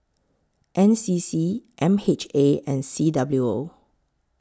N C C M H A and C W O